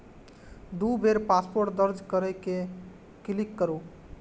दू बेर पासवर्ड दर्ज कैर के क्लिक करू